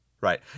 right